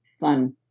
fun